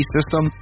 System